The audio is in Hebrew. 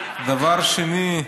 דבר שני,